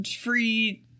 free